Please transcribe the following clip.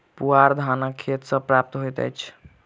पुआर धानक खेत सॅ प्राप्त होइत अछि